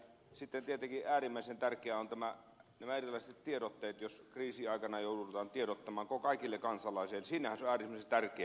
sitten tietenkin äärimmäisen tärkeitä ovat nämä erilaiset tiedotteet jos kriisiaikana joudutaan tiedottamaan kaikille kansalaisille siinähän se on äärimmäisen tärkeä